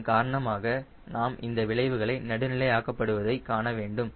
இதன் காரணமாக நாம் இந்த விளைவுகள் நடுநிலை ஆக்கப்படுவதை காண வேண்டும்